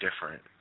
different